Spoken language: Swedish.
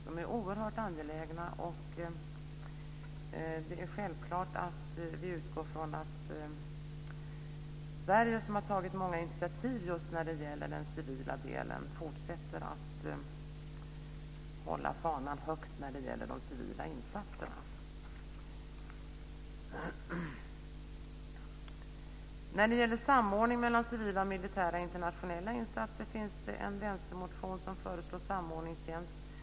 Detta är oerhört angeläget, och det är självklart att vi utgår ifrån att Sverige, som har tagit många initiativ just när det gäller den civila delen, fortsätter att hålla fanan högt när det gäller de civila insatserna. När det gäller samordning mellan civila och militära internationella insatser finns det en vänstermotion som föreslår samordningstjänst.